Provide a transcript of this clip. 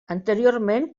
anteriorment